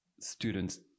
students